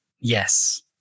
yes